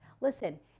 Listen